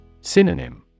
Synonym